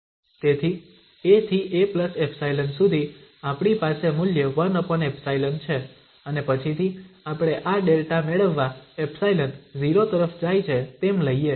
તેથી a થી a𝜖 સુધી આપણી પાસે મૂલ્ય 1𝜖 છે અને પછીથી આપણે આ δ મેળવવા 𝜖 0 તરફ જાય છે તેમ લઈએ